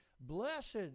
Blessed